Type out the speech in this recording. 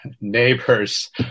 neighbors